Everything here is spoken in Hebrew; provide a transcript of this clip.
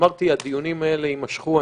אמרתי שהדיונים האלה יימשכו.